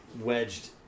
wedged